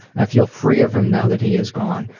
i feel free of him now that he is gone.